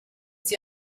sie